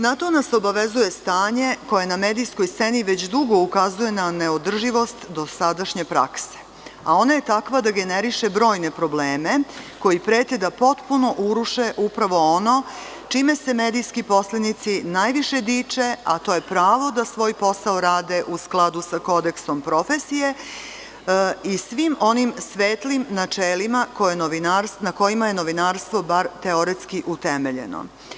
Na to nas obavezuje stanje koje na medijskoj sceni već dugo ukazuje na neodrživost dosadašnje prakse, a ona je takva da generiše brojne probleme koji prete da potpuno uruše upravo ono čime se medijski medijski poslenici najviše diče, a to je pravo da svoj posao rade u skladu sa kodeksom profesije i svim onim svetlim načelima na kojima je novinarstvo bar teoretski utemeljeno.